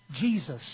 Jesus